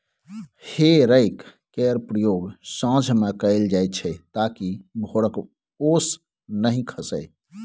हे रैक केर प्रयोग साँझ मे कएल जाइत छै ताकि भोरक ओस नहि खसय